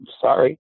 sorry